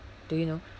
do you know